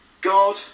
God